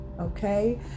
Okay